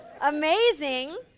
Amazing